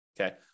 okay